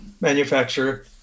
manufacturer